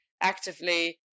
actively